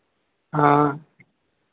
हाँ